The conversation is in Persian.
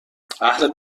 اهل